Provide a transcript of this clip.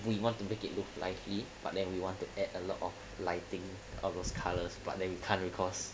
would you want to make it looked lively but then we want to add a lot of lighting of those colours but then you can't recourse